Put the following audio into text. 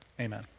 Amen